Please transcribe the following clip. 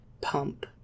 pump